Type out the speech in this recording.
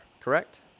correct